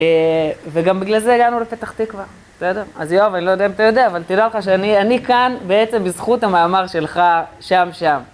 וגם בגלל זה הגענו לפתח תקווה, אתה יודע. אז יואב, אני לא יודע אם אתה יודע, אבל תדע לך שאני כאן בעצם בזכות המאמר שלך שם-שם.